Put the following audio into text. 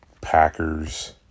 Packers